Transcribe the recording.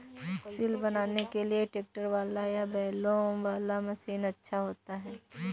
सिल बनाने के लिए ट्रैक्टर वाला या बैलों वाला मशीन अच्छा होता है?